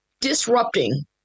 disrupting